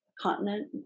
continent